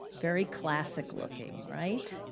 very classic looking, right?